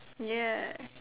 ya